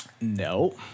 No